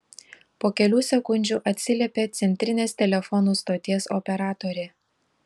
po kelių sekundžių atsiliepė centrinės telefonų stoties operatorė